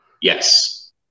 yes